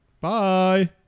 Bye